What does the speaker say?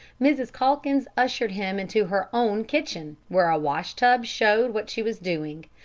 mrs. calkins ushered him into her own kitchen, where a wash-tub showed what she was doing,